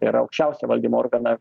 tai yra aukščiausią valdymo organą